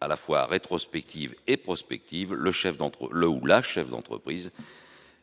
à la fois rétrospective et prospective, le chef d'entreprise